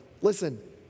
Listen